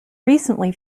recently